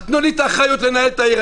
אז תנו לי אחריות לנהל את העיר,